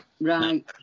Right